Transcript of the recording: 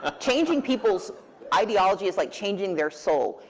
ah changing people's ideology is like changing their soul.